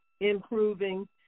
improving